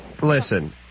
Listen